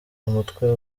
umutwe